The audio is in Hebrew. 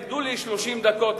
ניתנו לי 30 דקות,